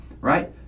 Right